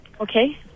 Okay